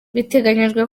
biteganyijwe